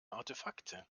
artefakte